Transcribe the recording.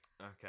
Okay